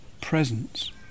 presence